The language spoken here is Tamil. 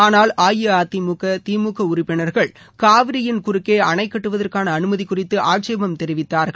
ஆனால் அஇஅதிமுக திமுக உறுப்பினா்கள் காவிரியின் குறுக்கே அணை கட்டுவதற்கான அனுமதி குறித்து அட்சேபம் தெரிவித்தார்கள்